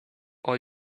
all